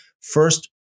first